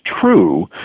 true